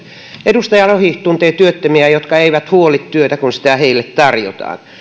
edustaja lohi tuntee työttömiä jotka eivät huoli työtä kun sitä heille tarjotaan